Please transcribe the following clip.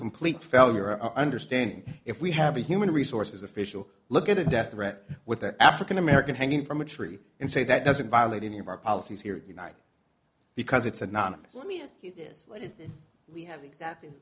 complete failure understanding if we have a human resources official look at a death threat with an african american hanging from a tree and say that doesn't violate any of our policies here tonight because it's anonymous let me ask you this what if we have exactly